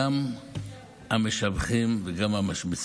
גם המשבחים וגם המשמיצים,